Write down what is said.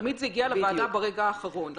תמיד זה הגיע לוועדה ברגע האחרון.